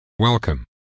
Welcome